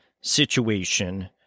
situation